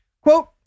Quote